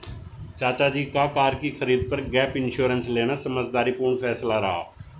चाचा जी का कार की खरीद पर गैप इंश्योरेंस लेना समझदारी पूर्ण फैसला रहा